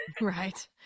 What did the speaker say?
right